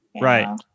Right